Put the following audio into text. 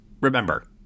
remember